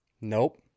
Nope